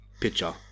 picture